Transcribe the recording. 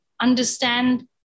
understand